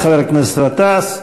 תודה לחבר הכנסת גטאס.